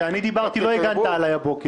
כשאני דיברתי, לא הגנת עליי הבוקר.